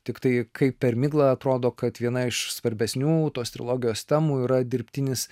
tiktai kaip per miglą atrodo kad viena iš svarbesnių tos trilogijos temų yra dirbtinis